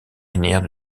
linéaires